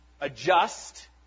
adjust